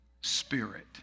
spirit